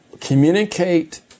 communicate